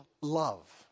love